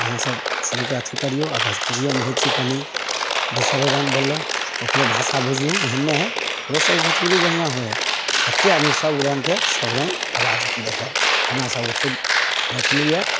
अहाँ सब सुनिके अथी करियौ आ बस भोजपुरियोमे होइत छै कनी दोसरे रङ्ग बोललक ओकरो भाषा बुझलहुँ एहन नहि हय ओकरो सबके भोजपुरी बढ़िआँ होय हय कतेक आदमी सब रंग के सब रङ्ग आबाज निकलै हय हमरा सभक शुद्ध मैथिली यै